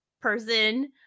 person